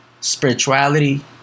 spirituality